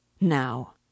now